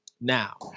Now